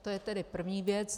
To je tedy první věc.